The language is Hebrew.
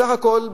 בסך הכול,